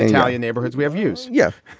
and now you neighbourhood's. we have use. yes.